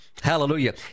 Hallelujah